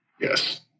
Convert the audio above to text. Yes